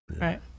right